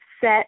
set